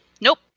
Nope